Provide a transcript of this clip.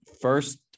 First